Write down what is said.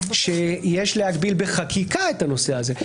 שיש להגביל בחקיקה את הנושא הזה.